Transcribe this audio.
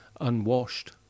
unwashed